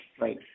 Right